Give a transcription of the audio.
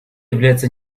является